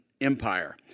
Empire